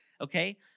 Okay